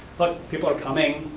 but people are coming,